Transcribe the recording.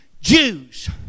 Jews